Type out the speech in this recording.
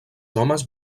homes